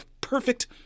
perfect